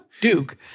Duke